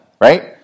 right